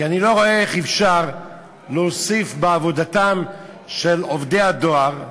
כי אני לא רואה איך אפשר להוסיף בעבודתם של עובדי הדואר,